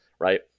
right